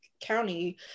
county